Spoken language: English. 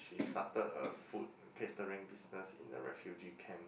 she started a food catering business in a refugee camp